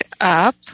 up